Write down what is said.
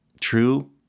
True